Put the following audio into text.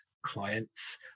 clients